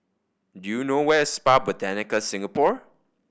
do you know where Spa Botanica Singapore